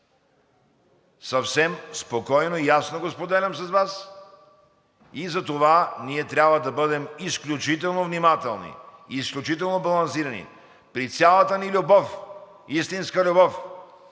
Съвсем спокойно и ясно го споделям с Вас, затова ние трябва да бъдем изключително внимателни, изключително балансирани при цялата ни любов, истинска любов